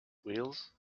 wheels